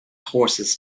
horses